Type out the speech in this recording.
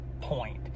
point